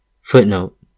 Footnote